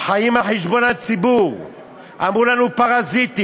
"חיים על חשבון הציבור"; אמרו לנו "פרזיטים",